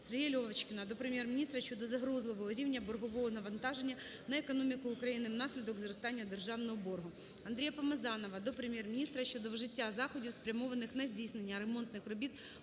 Сергія Льовочкіна до Прем'єр-міністра щодо загрозливого рівня боргового навантаження на економіку України внаслідок зростання державного боргу. Андрія Помазанова до Прем'єр-міністра щодо вжиття заходів, спрямованих на здійснення ремонтних робіт